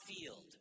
field